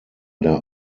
der